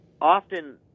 often